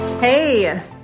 Hey